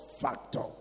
factor